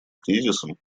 кризисом